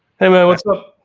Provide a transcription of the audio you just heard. hey man what's up?